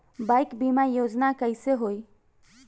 Bike बीमा योजना कैसे होई?